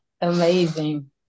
Amazing